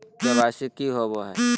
KYC की होबो है?